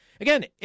Again